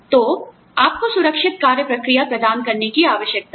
तो आपको सुरक्षित कार्य प्रक्रिया प्रदान करने की आवश्यकता है